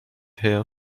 here